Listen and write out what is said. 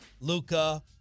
Luca